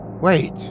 Wait